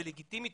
זה לגיטימי,